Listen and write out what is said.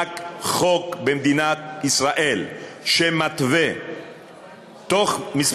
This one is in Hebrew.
רק חוק במדינת ישראל שמתווה שתוך כמה